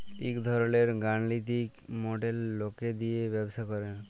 ইক ধরলের গালিতিক মডেল লকে দিয়ে ব্যবসা করে